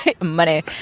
money